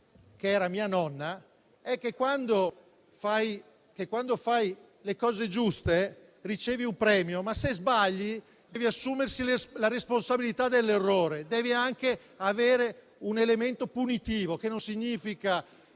che era mia nonna, è che, quando fai le cose giuste, ricevi un premio, ma se sbagli, devi assumerti la responsabilità dell'errore e devi anche ricevere un elemento punitivo. Questo non significa